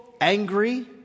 angry